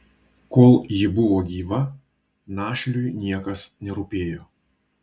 kol ji buvo gyva našliui niekas nerūpėjo